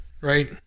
right